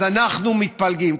אנחנו מתפלגים.